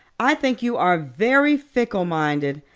i think you are very fickle minded.